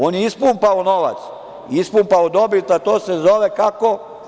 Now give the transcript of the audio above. On je ispumpao novac, ispumpao dobit, a to se zove - kako?